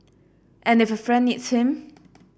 and if a friend needs him